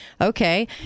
Okay